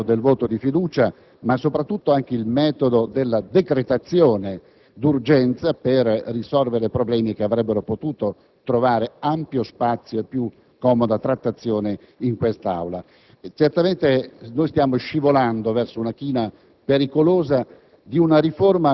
reiterato del voto di fiducia, ma soprattutto il metodo della decretazione d'urgenza per risolvere problemi che avrebbero potuto trovare ampio spazio e più comoda trattazione in quest'Aula. Certamente, stiamo scivolando verso una china pericolosa